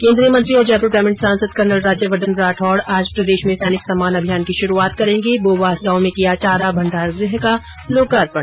केन्द्रीय मंत्री और जयपुर ग्रामीण सांसद कर्नल राज्यवर्द्वन राठौड़ आज प्रदेश में सैनिक सम्मान अभियान की शुरूआत करेंगे बोबास गांव में किया चारा भंडारगृह का लोकार्पण